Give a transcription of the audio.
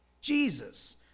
Jesus